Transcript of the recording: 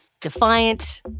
defiant